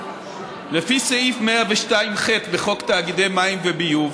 בסעיף 102(ח) לחוק תאגידי מים וביוב